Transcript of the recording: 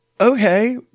Okay